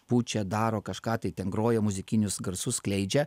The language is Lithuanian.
pučia daro kažką tai ten groja muzikinius garsus skleidžia